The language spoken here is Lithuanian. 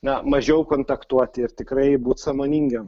na mažiau kontaktuoti ir tikrai būt sąmoningiem